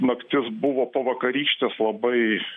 naktis buvo po vakarykštės labai